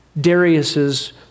Darius's